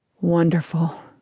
Wonderful